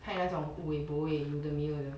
pack 那种 wu eh bo eh